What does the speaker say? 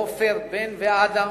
עופר, בן ואדם,